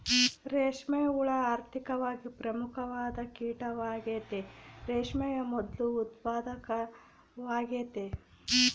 ರೇಷ್ಮೆ ಹುಳ ಆರ್ಥಿಕವಾಗಿ ಪ್ರಮುಖವಾದ ಕೀಟವಾಗೆತೆ, ರೇಷ್ಮೆಯ ಮೊದ್ಲು ಉತ್ಪಾದಕವಾಗೆತೆ